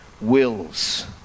wills